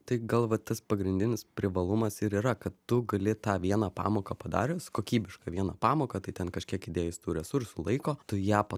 tai gal va tas pagrindinis privalumas ir yra kad tu gali tą vieną pamoką padaręs kokybišką vieną pamoką tai ten kažkiek įdėjus tų resursų laiko tu ją po